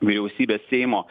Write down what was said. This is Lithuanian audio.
vyriausybės seimo